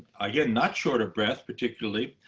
again, not short of breath particularly.